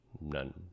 None